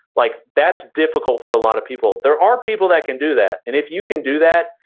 like that's difficult for a lot of people. there are people that can do that. and if you can do that,